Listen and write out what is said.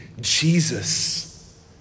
Jesus